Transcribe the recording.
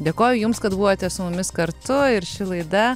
dėkoju jums kad buvote su mumis kartu ir ši laida